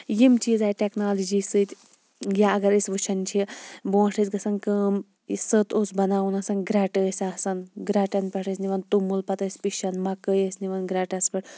یِم چیٖز آیہِ ٹیٚکنالجی سۭتۍ یا اَگَر أسۍ وٕچھَان چھِ برٛونٛٹھ ٲس گَژھان کٲم سٔت اوس بَناوُن آسن گرٛٹہٕ ٲسۍ آسَان گرٛٹَن پیٹھ ٲسۍ نِوان توٚمُل پَتہٕ ٲسۍ پِشَن مَکٲے ٲسۍ نِوَان گرٛٹَس پیٹھ